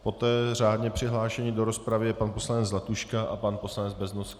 Poté řádně přihlášený do rozpravy je pan poslanec Zlatuška a pan poslanec Beznoska.